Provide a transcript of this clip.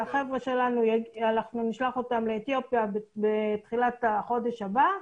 נשלח את החבר'ה שלנו בתחילת החודש הזה,